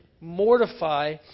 mortify